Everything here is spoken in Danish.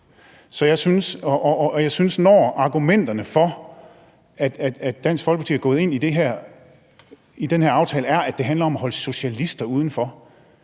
i bremsen. Når argumenterne for, at Dansk Folkeparti er gået ind i den her aftale, er, at det handler om at holde socialister udenfor,